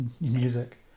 music